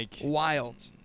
wild